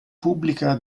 pubblica